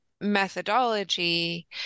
methodology